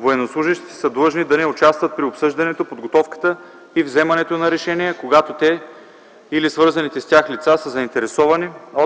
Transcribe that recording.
Военнослужещите са длъжни да не участват при обсъждането, подготовката и вземането на решения, когато те или свързаните с тях лица са заинтересовани от